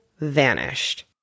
vanished